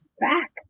back